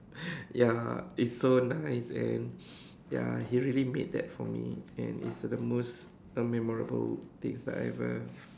ya it's so nice and ya he really made that for me and it's the most uh memorable things that I ever